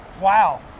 wow